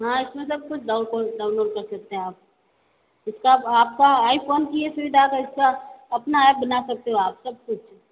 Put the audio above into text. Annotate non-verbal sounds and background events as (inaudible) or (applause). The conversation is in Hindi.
हाँ इस में सब कुछ डाउनलोड कर सकते हैं आप इसका अब आप का आईफोन की ये (unintelligible) सुविधा अपना एप्प बना सकते हो आप सब कुछ